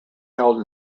held